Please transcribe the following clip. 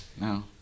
No